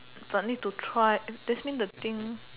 but need to try that's mean the thing